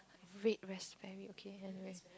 red raspberry okay and rasp~